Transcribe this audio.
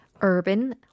urban